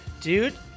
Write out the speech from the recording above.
Dude